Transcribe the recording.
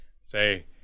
Say